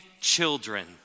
children